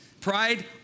pride